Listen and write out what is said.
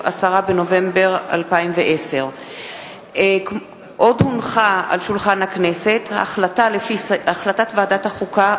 10 בנובמבר 2010. החלטת ועדת החוקה,